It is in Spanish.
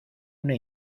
una